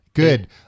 Good